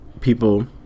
people